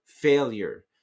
failure